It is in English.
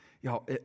Y'all